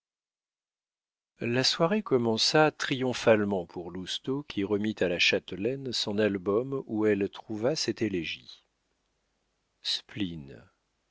la soirée commença triomphalement pour lousteau qui remit à la châtelaine son album où elle trouva cette élégie spleen